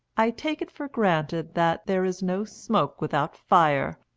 i take it for granted that there is no smoke without fire,